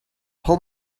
pull